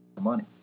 money